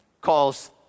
calls